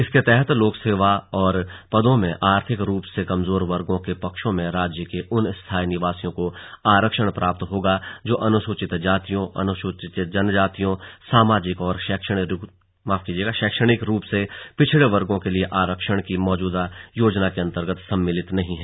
इसके तहत लोक सेवाओं और पदों में आर्थिक रूप से कमजोर वर्गो के पक्ष में राज्य के उन स्थायी निवासियों को आरक्षण प्राप्त होगा जो अनुसूचित जातियों अनुसूचित जनजातियों सामाजिक और शैक्षणिक रूप से पिछड़े वर्गो के लिए आरक्षण की मौजूदा योजना के अन्तर्गत सम्मिलित नहीं है